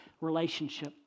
relationship